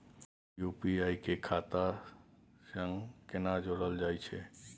UPI के खाता सं केना जोरल जाए छै?